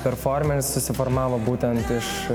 performeris susiformavo būtent iš